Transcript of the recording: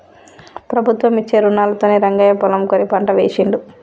ప్రభుత్వం ఇచ్చే రుణాలతోనే రంగయ్య పొలం కొని పంట వేశిండు